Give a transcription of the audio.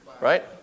right